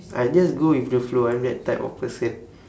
I just go with the flow I'm that type of person